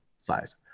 size